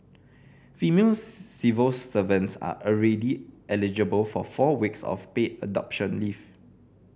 female civil servants are already eligible for four weeks of paid adoption leave